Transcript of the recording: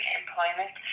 employment